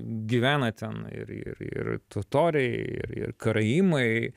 gyvena ten ir ir ir totoriai ir karaimai